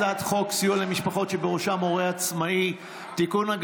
הצעת חוק סיוע למשפחות שבראשן הורה עצמאי (תיקון,